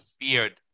feared –